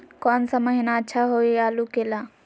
कौन सा महीना अच्छा होइ आलू के ला?